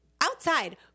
Outside